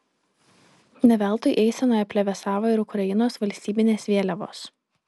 ne veltui eisenoje plevėsavo ir ukrainos valstybinės vėliavos